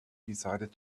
decided